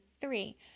three